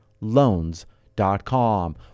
loans.com